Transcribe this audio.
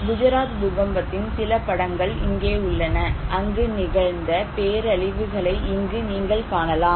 குஜராத் பூகம்பத்தின் சில படங்கள் இங்கே உள்ளன அங்கு நிகழ்ந்த பேரழிவுகளை இங்கு நீங்கள் காணலாம்